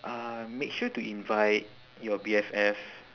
uh make sure to invite your B_F_F